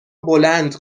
بلند